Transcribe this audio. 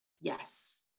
Yes